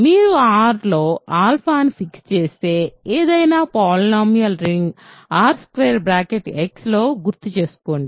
మీరు R లో ఆల్ఫాను ఫిక్స్ చేస్తే ఏదైనా పాలినామియల్ రింగ్ Rx లో గుర్తుచేసుకోండి